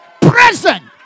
present